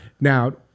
Now